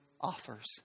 offers